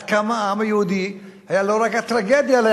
עד כמה העם היהודי היה לא רק הטרגדיה אלא